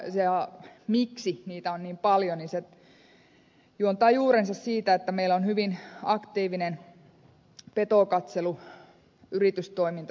se miksi niitä on niin paljon juontaa juurensa siitä että meillä on hyvin aktiivinen petokatseluyritystoiminta sillä alueella